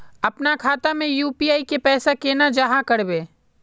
अपना खाता में यू.पी.आई के पैसा केना जाहा करबे?